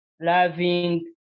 loving